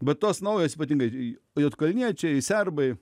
bet tos naujos ypatingai juodkalniečiai serbai